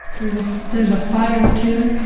there's, ah there's a fire, too,